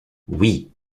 oui